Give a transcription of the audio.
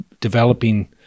developing